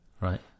right